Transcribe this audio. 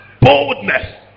boldness